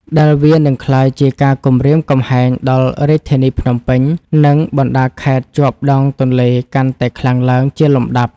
ដែលវានឹងក្លាយជាការគំរាមកំហែងដល់រាជធានីភ្នំពេញ និងបណ្តាខេត្តជាប់ដងទន្លេកាន់តែខ្លាំងឡើងជាលំដាប់។